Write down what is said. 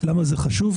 למה זה חשוב?